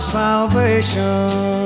salvation